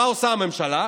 מה עושה הממשלה?